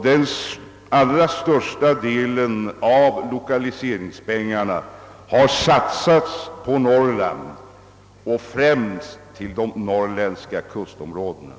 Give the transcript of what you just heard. Den allra största delen av lokaliseringspengarna har satsats på Norrland, främst de norrländska kustområdena.